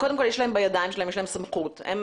קודם כל יש להם בידיים שלהם, יש להם סמכות, הם